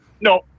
No